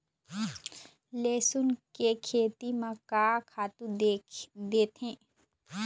लेसुन के खेती म का खातू देथे?